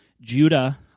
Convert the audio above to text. Judah